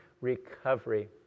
recovery